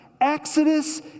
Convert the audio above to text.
Exodus